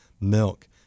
milk